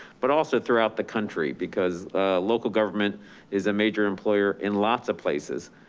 but also throughout the country, because local government is a major employer in lots of places.